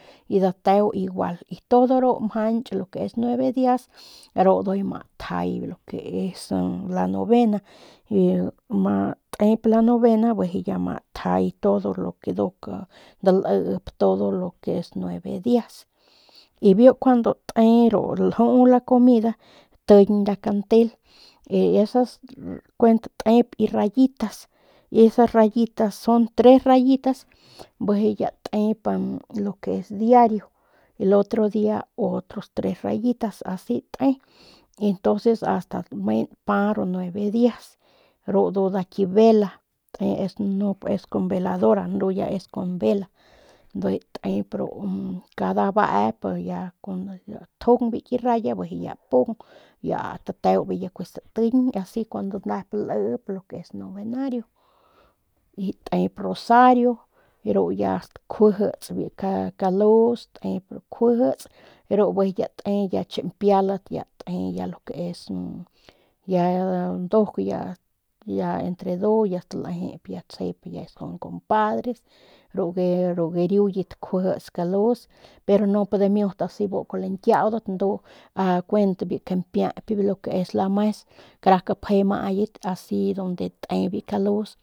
Y dateo igual todo ru mjanch lo que es nueve dias ru njuy ma tjay lo que es la novena y ma tep la novena bijiy ya ma tjay todo lo dalip todo lo que es nueve dias y biu kuando te lju la comida tiñ nda kantel y esas kuent ki rayitas, esas rayitas son tres rayitas, bijiy ya tep lo que es el diario otro dia otros tres rayitas asi te y entonces ast lame npa ru nueve dias ru ndu nda ki vele tep ndu ya nip es kun veladora ni ya es con vela ndujuy tep cada beep kun tjung biu ki raya bijiy ya pung y ya ast dateo bijiy ya kue statiñ asi kuando nep lip kuando es novenario y tep rosario ru ya stakjujits biu kalus tep ru kjuijits ru ya te ya champialat ya te lo que es ya nduk ya entre ndu ya lejep que ya son compadres ru gariuyet kjuijits kalus pero nip damiut asi kuajau lañkiaudat ndu kuent biu kampiayp lo que es lames kara kapje amayet asi donde te biu kalus.